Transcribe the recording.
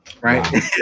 right